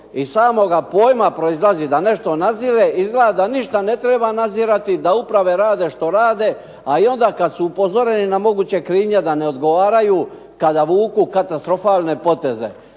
iz samoga pojma proizlazi da nešto nadzire, izgleda da ne treba ništa nadzirati, da uprave rade što rade. A i onda kada su upozoreni na moguće krivnje da ne odgovaraju kada vuku katastrofalne poteze.